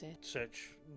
search